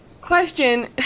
Question